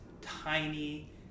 tiny